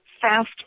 Fast